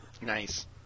Nice